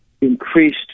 increased